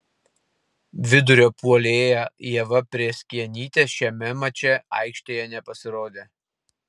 vidurio puolėja ieva prėskienytė šiame mače aikštėje nepasirodė